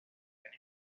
and